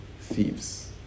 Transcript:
thieves